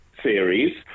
Series